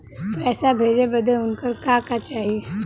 पैसा भेजे बदे उनकर का का चाही?